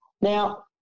Now